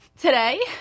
Today